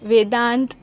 Vedant